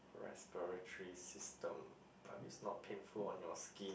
respiratory system but is not painful on your skin